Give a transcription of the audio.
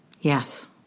Yes